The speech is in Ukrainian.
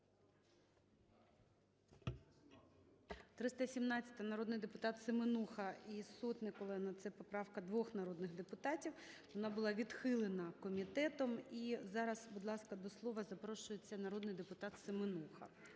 317-а, народний депутат Семенуха і Сотник Олена. Це поправка двох народних депутатів. Вона була відхилена комітетом. І зараз, будь ласка, до слова запрошується народний депутат Семенуха.